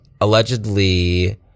allegedly